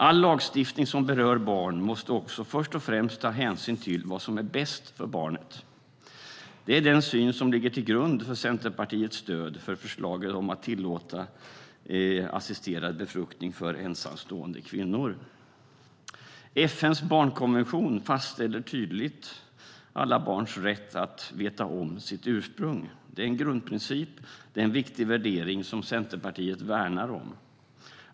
All lagstiftning som berör barn måste först och främst ta hänsyn till vad som är bäst för barnet. Det är den syn som ligger till grund för Centerpartiets stöd för förslaget om att tillåta assisterad befruktning för ensamstående kvinnor. FN:s barnkonvention fastställer tydligt alla barns rätt att veta sitt ursprung. Det är en grundprincip och en viktig värdering som Centerpartiet värnar om.